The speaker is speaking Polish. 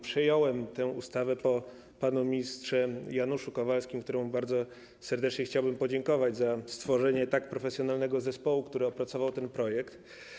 Przejąłem tę ustawę po panu ministrze Januszu Kowalskim, któremu bardzo serdecznie chciałbym podziękować za stworzenie tak profesjonalnego zespołu, który opracował ten projekt.